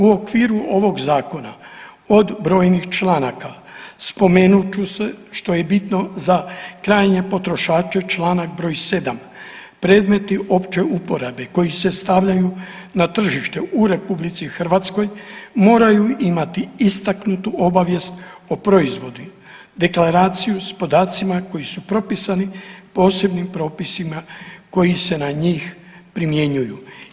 U okviru ovog zakona od brojnih članaka spomenut ću se što je bitno i za krajnje potrošače članak broj 7. predmeti opće uporabe koji se stavljaju na tržište u Republici Hrvatskoj moraju imati istaknutu obavijest o proizvodu, deklaraciju sa podacima koji su propisani posebnim propisima koji se na njih primjenjuju.